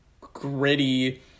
gritty